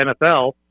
NFL